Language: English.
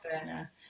burner